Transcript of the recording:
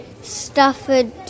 Stafford